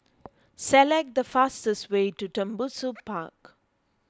select the fastest way to Tembusu Park